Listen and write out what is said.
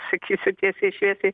sakysiu tiesiai šviesiai